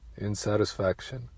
insatisfaction